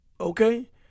Okay